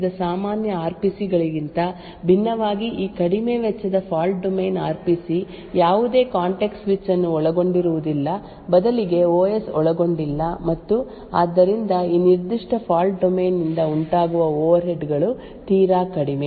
ಆದ್ದರಿಂದ ನಾವು ಈ ಹಿಂದೆ ಚರ್ಚಿಸಿದ ಸಾಮಾನ್ಯ ಆರ್ ಪಿ ಸಿ ಗಳಿಗಿಂತ ಭಿನ್ನವಾಗಿ ಈ ಕಡಿಮೆ ವೆಚ್ಚದ fault domain R P C ಯಾವುದೇ ಕಾಂಟೆಕ್ಸ್ಟ್ ಸ್ವಿಚ್ ಅನ್ನು ಒಳಗೊಂಡಿರುವುದಿಲ್ಲ ಬದಲಿಗೆ ಓಎಸ್ ಒಳಗೊಂಡಿಲ್ಲ ಮತ್ತು ಆದ್ದರಿಂದ ಈ ನಿರ್ದಿಷ್ಟ ಫಾಲ್ಟ್ ಡೊಮೇನ್ ನಿಂದ ಉಂಟಾಗುವ ಓವರ್ಹೆಡ್ ಗಳು ತೀರಾ ಕಡಿಮೆ